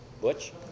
Butch